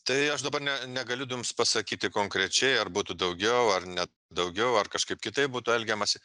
tai aš dabar ne negaliu jums pasakyti konkrečiai ar būtų daugiau ar ne daugiau ar kažkaip kitaip būtų elgiamasi